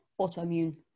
autoimmune